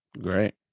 Great